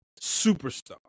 superstar